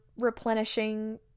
replenishing